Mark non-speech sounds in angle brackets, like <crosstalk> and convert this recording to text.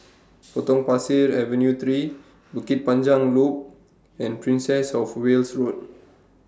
<noise> Potong Pasir Avenue three Bukit Panjang Loop and Princess of Wales Road